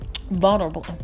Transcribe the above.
vulnerable